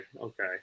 Okay